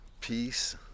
peace